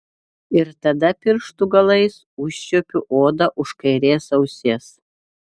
ir tada pirštų galais užčiuopiu odą už kairės ausies